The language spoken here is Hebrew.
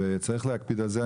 וצריך להקפיד על זה.